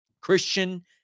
Christian